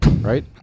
right